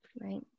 Right